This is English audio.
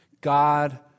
God